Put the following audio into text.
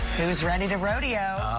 who is ready to rodeo?